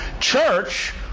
church